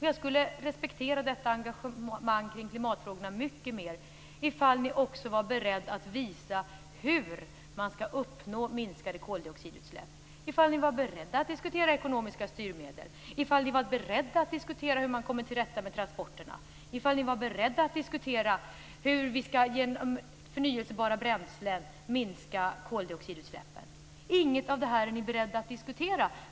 Jag skulle respektera detta engagemang mycket mer ifall ni var beredda att visa hur man skall uppnå minskade koldioxidutsläpp, i fall ni var beredda att diskutera ekonomiska styrmedel, i fall ni var beredda att diskutera hur man kommer till rätta med transporterna och i fall ni var beredda att diskutera hur vi genom förnyelsebara bränslen kan minska koldioxidutsläppen. Inget av detta är ni beredda att diskutera.